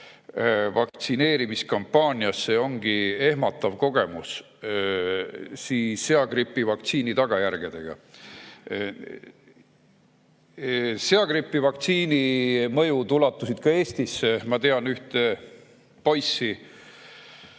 vaktsineerimiskampaaniasse, ongi ehmatav kogemus seagripivaktsiini tagajärgedega. Seagripivaktsiini mõjud ulatusid ka Eestisse. Ma tean ühte poissi,